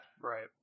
right